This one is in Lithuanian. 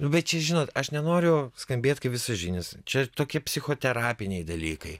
nu bet čia žinot aš nenoriu skambėt kaip visažinis čia tokie psichoterapiniai dalykai